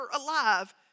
alive